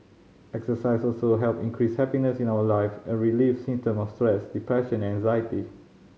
exercise also help increase happiness in our life and relieve symptom of stress depression and anxiety